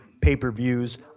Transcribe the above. pay-per-views